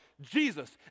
Jesus